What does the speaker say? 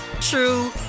true